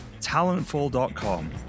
talentful.com